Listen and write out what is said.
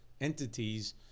entities